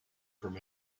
from